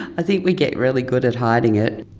i think we get really good at hiding it.